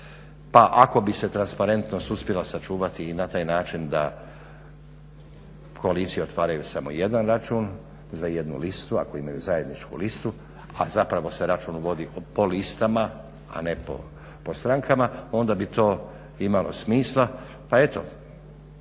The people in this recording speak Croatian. Pa ako bi se transparentno uspjela sačuvati i na taj način da koalicija otvaraju samo jedan račun za jednu listu ako imaju zajedničku listu a zapravo se račun vodi po listama, a ne po strankama, onda bi to imalo smisla. Pa eto